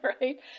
Right